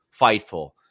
Fightful